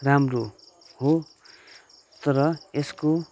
राम्रो हो तर यसको